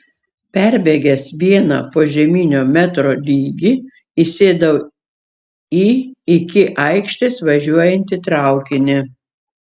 perbėgęs vieną požeminio metro lygį įsėdau į iki aikštės važiuojantį traukinį